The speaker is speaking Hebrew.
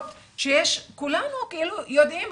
שכולנו יודעים,